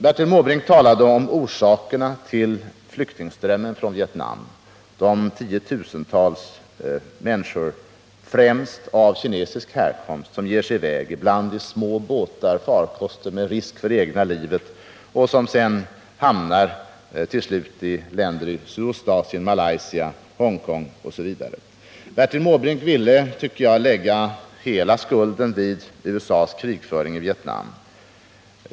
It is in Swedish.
Bertil Måbrink talade om orsakerna till flyktingströmmen från Vietnam, om de tiotusentals människor — främst av kinesisk härkomst — som ger sig iväg, ibland i små farkoster med risk för det egna livet, och som till slut hamnar i länder i Sydostasien — Malaysia, Hongkong osv. Bertil Måbrink ville lägga hela skulden på USA:s krigföring i Vietnam.